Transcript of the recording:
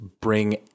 bring